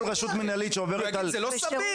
כמו כל רשות מנהלית שעוברת על --- הוא יגיד שזה לא סביר,